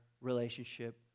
relationship